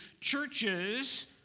churches